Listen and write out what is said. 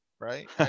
right